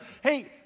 hey